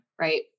right